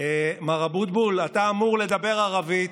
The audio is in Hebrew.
מר אבוטבול, אתה אמור לדבר ערבית.